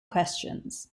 questions